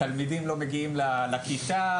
התלמידים לא מגיעים לכיתה?